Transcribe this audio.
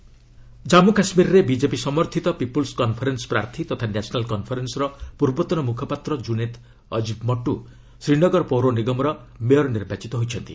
JK SMC Jammu କାଶ୍ମୀରରେ BJP ସମର୍ଥିତ people's conference ପ୍ରାର୍ଥୀ ତଥା ନ୍ୟାସନାଲ୍ କନ୍ଫରେନ୍ସ୍ର ପ୍ରର୍ବତନ ମୁଖପାତ୍ର କୁନେଦ୍ ଅକ୍ଟିବ୍ ମଙ୍ଗୁ ଶ୍ରୀନଗର ପୌର ନିଗମର ମେୟର୍ ନିର୍ବାଚିତ ହୋଇଛନ୍ତି